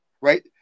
right